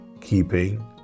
keeping